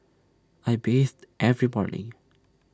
I bathe every morning